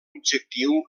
objectiu